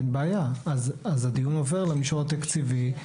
אין בעיה, אז הדיון עובר למישור התקציבי.